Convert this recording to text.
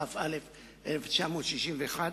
התשכ"א-1961,